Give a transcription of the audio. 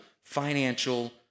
financial